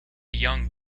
young